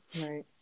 Right